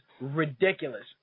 ridiculous